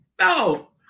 No